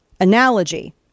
analogy